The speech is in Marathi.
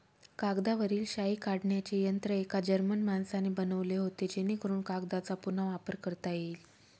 कागदावरील शाई काढण्याचे यंत्र एका जर्मन माणसाने बनवले होते जेणेकरून कागदचा पुन्हा वापर करता येईल